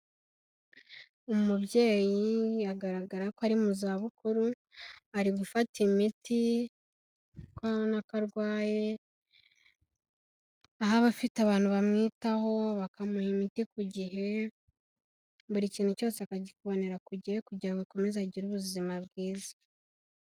Umubyeyi agaragara ko ari mu zabukuru, ari gufata imiti kuko urabona ko arwaye, aho aba afite abantu bamwitaho bakamuha imiti ku gihe, buri kintu cyose akakibonera ku gihe kugira ngo akomeze agire ubuzima bwiza.